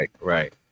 Right